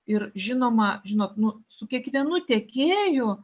ir žinoma žinot nu su kiekvienu tiekėju